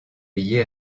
payée